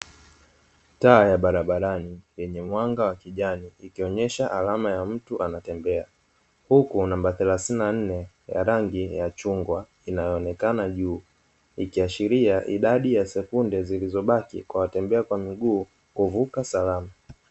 Taa ya barabarani yenye mwanga wa kijani, ikionyesha alama ya mtu anatembea. Huku namba thelathini na nne ya rangi ya chugwa inayoonekana juu, ikiashiria idadi ya sekunde zilizobaki kwa watembea kwa miguu kuvuka salama.